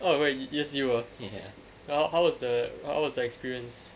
oh really it's you uh how was the how was the experience